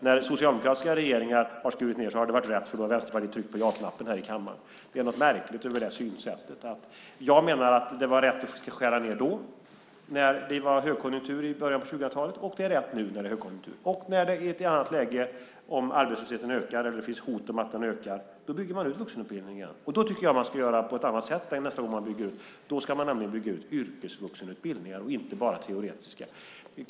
När socialdemokratiska regeringar har skurit ned har det varit rätt, för då har vänsterpartisterna tryckt på ja-knappen här i kammaren. Det är något märkligt med det synsättet. Jag menar att det var rätt att skära ned när det var högkonjunktur i början av 2000-talet, och det är rätt att göra det nu när det är högkonjunktur. I ett annat läge, om arbetslösheten ökar eller det finns hot om att den ökar, bygger man ut vuxenutbildningen igen. Jag tycker att man ska göra på ett annat sätt nästa gång som man bygger ut den. Då ska man nämligen bygga ut yrkesvuxenutbildningar och inte bara teoretiska utbildningar.